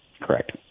Correct